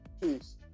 Peace